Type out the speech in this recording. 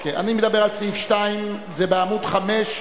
אני מדבר על סעיף 2. זה בעמוד 5,